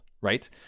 right